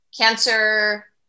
cancer